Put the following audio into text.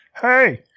Hey